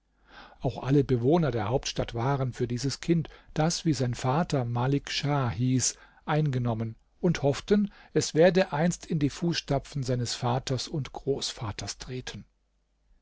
auch alle bewohner der hauptstadt waren für dieses kind das wie sein vater malik schah hieß eingenommen und hofften es werde einst in die fußstapfen seines vaters und großvaters treten